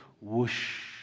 whoosh